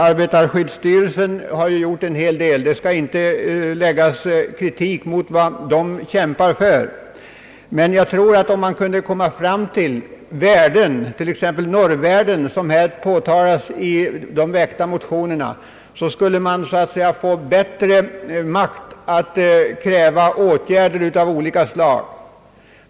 Arbetarskyddsstyrelsen t.ex. har gjort mycket; det skall inte riktas kritik mot vad den gör. Jag tror att om man kunde komma fram till normer, såsom har påtalats i motionerna, skulle man så att säga få större makt att kräva åtgärder av olika slag.